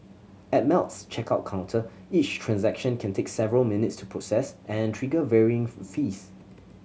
at Melt's checkout counter each transaction can take several minutes to process and trigger varying fees